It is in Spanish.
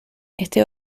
este